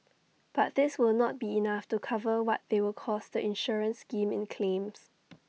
but this will not be enough to cover what they will cost the insurance scheme in claims